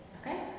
okay